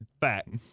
Fact